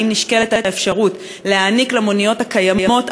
האם נשקלת האפשרות להעניק למוניות הקיימות,